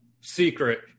secret